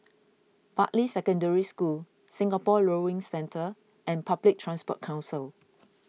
Bartley Secondary School Singapore Rowing Centre and Public Transport Council